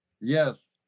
Yes